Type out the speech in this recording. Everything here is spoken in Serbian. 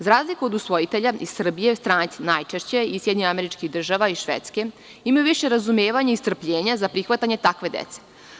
Za razliku od usvojitelja iz Srbije, stranci najčešće, iz SAD, iz Švedske imaju više razumevanja i strpljenja za prihvatanje takve dece.